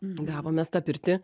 gavom mes tą pirtį